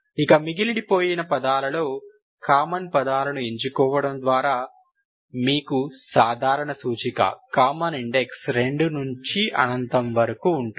ఇక మిగిలిపోయిన పదాలలో కామన్ పదాలను ఎంచుకోవడం ద్వారా మీకు సాధారణ సూచిక కామన్ ఇండెక్స్ 2 నుండి అనంతం వరకు ఉంటుంది